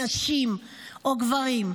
נשים או גברים,